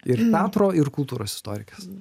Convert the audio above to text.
ir teatro ir kultūros istorikės